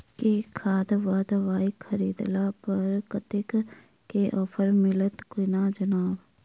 केँ खाद वा दवाई खरीदला पर कतेक केँ ऑफर मिलत केना जानब?